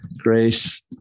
grace